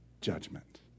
judgment